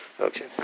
Okay